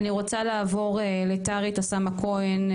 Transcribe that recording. אני רוצה לעבור לטרי טסמה כהן,